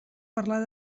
parlar